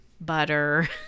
butter